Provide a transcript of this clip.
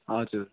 हजुर